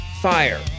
fire